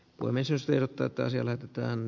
olemme siis vielä tätä siellä ketään